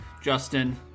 Justin